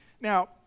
Now